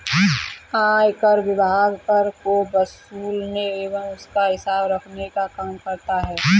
आयकर विभाग कर को वसूलने एवं उसका हिसाब रखने का काम करता है